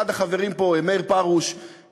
אחד החברים פה, מאיר פרוש: